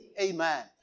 Amen